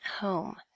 home